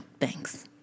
thanks